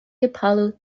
apollo